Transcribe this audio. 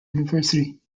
university